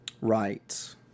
Right